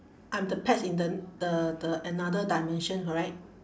I'm the pets in the the the another dimension correct